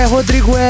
Rodrigo